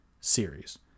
series